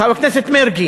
חבר הכנסת מרגי,